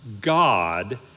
God